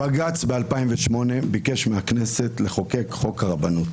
בג"ץ ב-2008 ביקש מהכנסת לחוקק חוק רבנות.